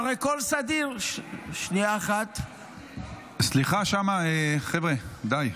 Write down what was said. הרי כל סדיר --- סליחה שם, חבר'ה, די.